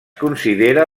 considera